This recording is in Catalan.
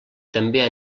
també